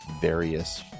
various